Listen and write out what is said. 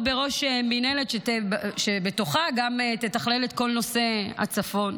בראש מינהלת שבתוכה גם תתכלל את כל נושא הצפון.